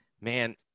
man